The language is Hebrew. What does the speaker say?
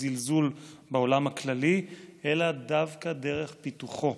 זלזול בעולם הכללי אלא דווקא דרך פיתוחו.